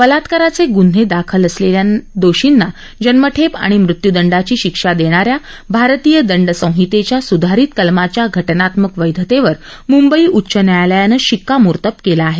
बलात्काराचे गुन्हे दाखल असलेल्या दोषींना जन्मठेप किंवा मृत्युदंडाची शिक्षा देणाऱ्या भारतीय दंड संहितेच्या सुधारित कलमाच्या घटनात्मक वैधतेवर मुंबई उच्च न्यायालयानं शिक्कामोर्तब केलं आहे